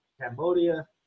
Cambodia